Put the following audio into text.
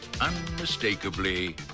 Unmistakably